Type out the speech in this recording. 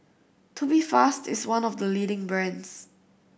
Tubifast is one of the leading brands